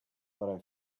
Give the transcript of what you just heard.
but